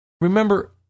Remember